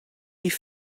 die